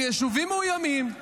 כיישובים מאוימים,